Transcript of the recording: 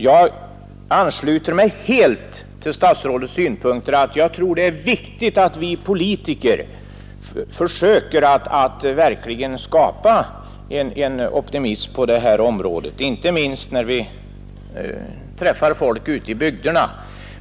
Jag ansluter mig helt till statsrådets synpunkter, att det är viktigt att vi politiker verkligen försöker skapa en optimism på det här området, inte minst när vi träffar folk ute i bygderna.